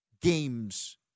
games